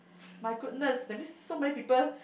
my goodness that means so many people